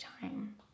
time